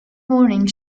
morning